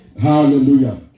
Hallelujah